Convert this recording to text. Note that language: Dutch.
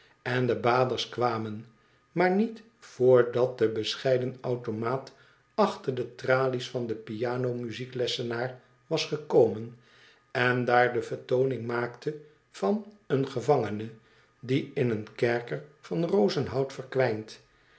en de baders kwamen maar niet voordat de bescheiden automaat achter de tralies van den piano muzieklessenaar was gekomen en daar de vertooning maakte van een gevangene die in een kerker van rozenhout verkwijnt